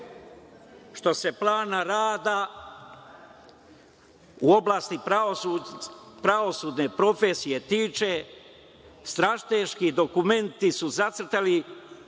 što se plana rada u oblasti pravosudne profesije tiče, strateški dokumenti su zacrtali